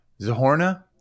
Zahorna